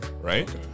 right